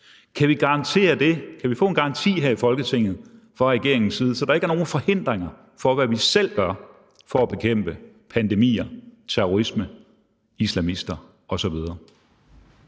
ene og det andet? Kan vi få en garanti her i Folketinget fra regeringens side, så der ikke er nogen forhindringer for, hvad vi selv gør, i forhold til at bekæmpe pandemier, terrorisme, islamister osv.?